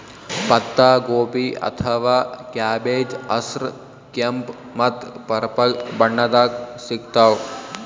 ಪತ್ತಾಗೋಬಿ ಅಥವಾ ಕ್ಯಾಬೆಜ್ ಹಸ್ರ್, ಕೆಂಪ್ ಮತ್ತ್ ಪರ್ಪಲ್ ಬಣ್ಣದಾಗ್ ಸಿಗ್ತಾವ್